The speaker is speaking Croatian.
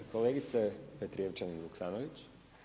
Kolegice Petrijevčanin-Vuksanović.